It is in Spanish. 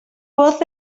voz